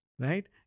right